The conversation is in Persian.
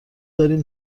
داریم